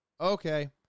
Okay